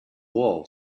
wool